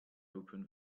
open